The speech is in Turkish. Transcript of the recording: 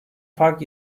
fark